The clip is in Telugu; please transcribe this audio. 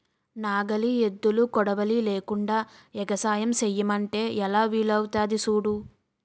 నాగలి, ఎద్దులు, కొడవలి లేకుండ ఎగసాయం సెయ్యమంటే ఎలా వీలవుతాది సూడు